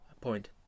point